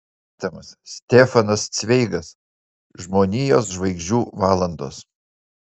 aha senas pažįstamas stefanas cveigas žmonijos žvaigždžių valandos